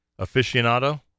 aficionado